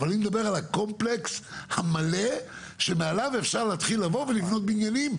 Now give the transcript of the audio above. אבל אני מדבר על הקומפלקס המלא שמעליו אפשר להתחיל לבוא ולבנות בניינים,